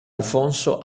alfonso